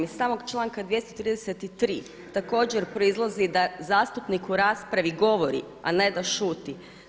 Iz samog članka 233. također proizlazi da zastupnik u raspravi govori, a ne da šuti.